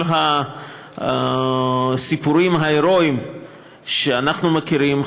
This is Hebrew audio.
כל הסיפורים ההרואיים שאנחנו מכירים,